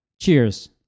Cheers